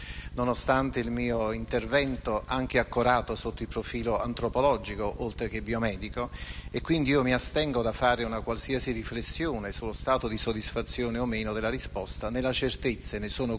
nonostante il mio intervento, anche accorato sotto il profilo antropologico, oltre che biomedico. Mi astengo quindi dal fare una qualsiasi riflessione sullo stato di soddisfazione o meno della risposta, nella certezza che lei